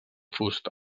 fusta